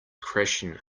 crashing